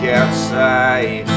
outside